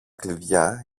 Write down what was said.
κλειδιά